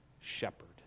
shepherd